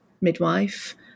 midwife